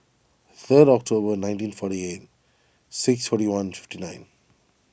third October nineteen forty eight six twenty one fifty nine